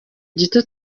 gito